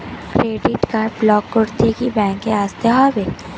Credit card block করতে কি ব্যাংকে আসতে হবে?